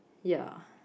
ya